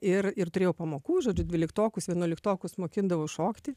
ir ir turėjau pamokų žodžiu dvyliktokus vienuoliktokus mokindavau šokti